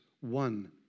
one